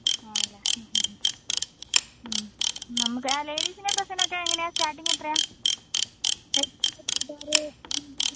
ആണല്ലേ ഹ്മ് ഹ്മ് ഹ്മ് ഹ്മ് നമുക്ക് ആ ലേഡീസിന്റെ ഡ്രസ്സിനൊക്കെ എങ്ങനെയാണ് സ്റ്റാർട്ടിംഗ് എത്രയാണ്